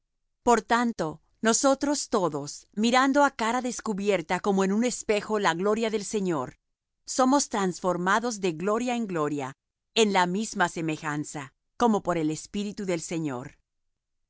por tanto nosotros todos mirando á cara descubierta como en un espejo la gloria del señor somos transformados de gloria en gloria en la misma semejanza como por el espíritu del señor